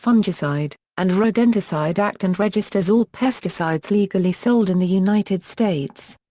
fungicide, and rodenticide act and registers all pesticides legally sold in the united states.